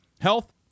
health